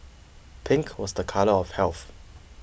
pink was a colour of health